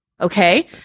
Okay